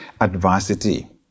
adversity